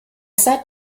sat